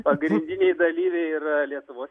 pagrindiniai dalyviai yra lietuvos